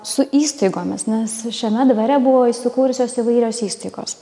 su įstaigomis nes šiame dvare buvo įsikūrusios įvairios įstaigos